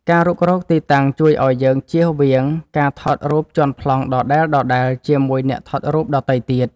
ការរុករកទីតាំងជួយឱ្យយើងជៀសវាងការថតរូបជាន់ប្លង់ដដែលៗជាមួយអ្នកថតរូបដទៃទៀត។